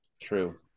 True